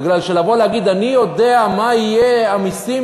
לבוא ולהגיד: אני יודע מה יהיו המסים